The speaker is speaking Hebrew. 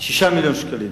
6 מיליוני שקלים.